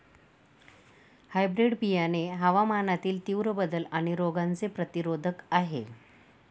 hybrid बियाणे हवामानातील तीव्र बदल आणि रोगांचे प्रतिरोधक आहे